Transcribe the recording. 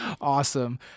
Awesome